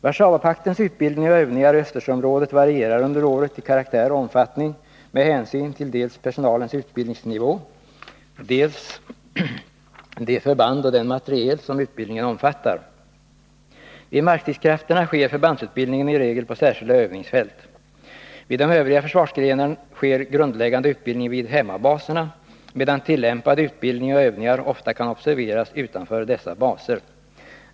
Warszawapaktens utbildning och övningar i Östersjöområdet varierar under året till karaktär och omfattning med hänsyn till dels personalens utbildningsnivå, dels de förband och den materiel som utbildningen omfattar. Vid markstridskrafterna sker förbandsutbildningen i regel på särskilda övningsfält. Vid de övriga försvarsgrenarna sker grundläggande utbildning vid hemmabaserna, medan tillämpad utbildning och övningar ofta kan observeras utanför dessa baser.